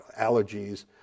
allergies